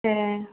ए